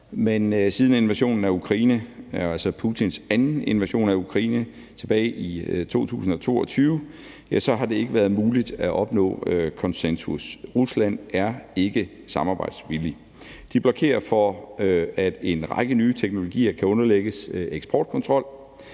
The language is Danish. – altså Putins anden invasion af Ukraine – har det ikke været muligt at opnå konsensus. Rusland er ikke samarbejdsvillig. De blokerer for, at en række nye teknologier kan underlægges eksportkontrol.